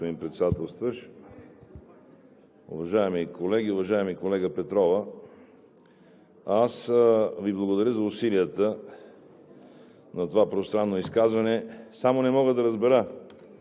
господин Председателстващ. Уважаеми колеги! Уважаема колега Петрова, аз Ви благодаря за усилията за това пространно изказване. Само не мога да разбера